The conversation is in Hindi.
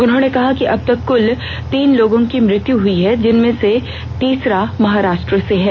उन्होंने कहा कि अब तक कुल तीन लोगों की मृत्यु हुई है जिनमें से तीसरा महाराष्ट्र से है